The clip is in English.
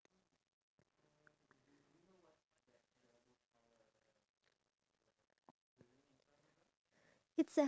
iya in an environment where everybody is talking to each other and not having a device with them